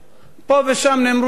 פה ושם נאמרו דברים,